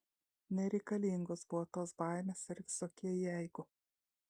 nereikalingos buvo tos baimės ir visokie jeigu